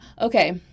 Okay